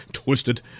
twisted